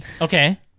Okay